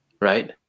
right